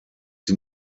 sie